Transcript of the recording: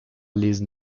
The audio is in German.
lesen